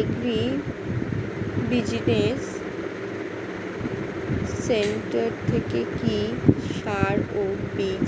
agri business centre থেকে কি সার ও বিজ